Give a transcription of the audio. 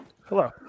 Hello